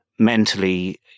Mentally